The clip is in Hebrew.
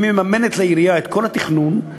היא מממנת לעירייה את כל התכנון,